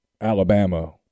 Alabama